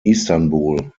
istanbul